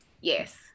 yes